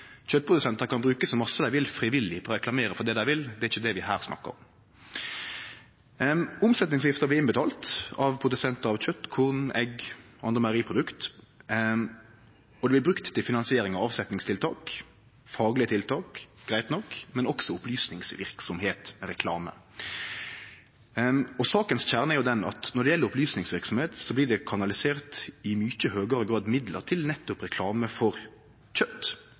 Kjøtprodusentar kan bruke så mykje dei vil frivillig på å reklamere for det dei vil – det er ikkje det vi her snakkar om. Omsetningsavgifta blir innbetalt av produsentar av kjøt, korn, egg og andre meieriprodukt, og ho blir brukt til finansiering av avsetningstiltak. Det er faglege tiltak, greitt nok, men ho blir også brukt til opplysningsverksemd: reklame. Og saka sin kjerne er jo den at når det gjeld opplysningsverksemd, blir det kanalisert i mykje høgare grad midlar til nettopp reklame for kjøt